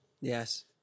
Yes